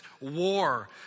war